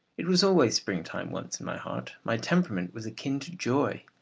it was always springtime once in my heart. my temperament was akin to joy.